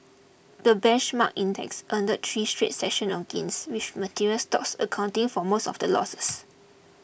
the benchmark index ended three straight sessions of gains with materials stocks accounting for most of the losses